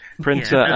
printer